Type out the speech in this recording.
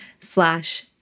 slash